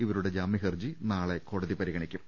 ഇവരുടെ ജാമൃഹർജി നാളെ കോടതി പരിഗണിക്കും